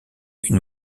une